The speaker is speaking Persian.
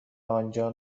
آنجا